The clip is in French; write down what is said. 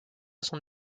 son